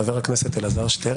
חבר הכנסת אלעזר שטרן.